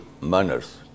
manners